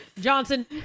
Johnson